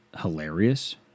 hilarious